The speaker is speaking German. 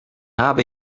habe